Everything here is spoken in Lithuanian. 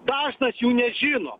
dažnas jų nežino